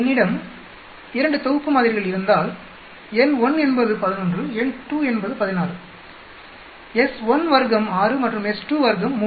என்னிடம் 2 தொகுப்பு மாதிரிகள் இருந்தால் n1 என்பது 11 n2 என்பது 16 S1 வர்க்கம் 6 மற்றும் S2 வர்க்கம் 3